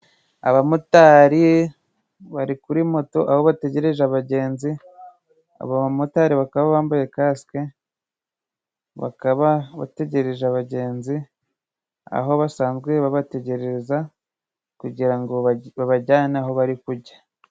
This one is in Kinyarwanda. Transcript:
Abamotari bari kuri moto aho bategereje abagenzi, abo bamotari bakaba bambaye kasike, bakaba bategereje abagenzi aho basanzwe babategereza, kugira ngo babajyane aho bari kujya.